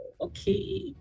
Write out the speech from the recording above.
okay